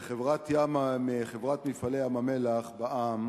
חברת "מפעלי ים-המלח בע"מ"